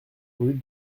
rue